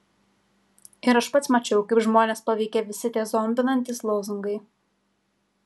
ir aš pats mačiau kaip žmones paveikia visi tie zombinantys lozungai